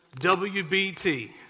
wbt